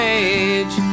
age